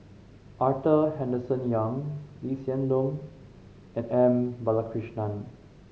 Arthur Henderson Young Lee Hsien Loong and M Balakrishnan